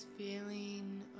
Feeling